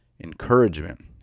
encouragement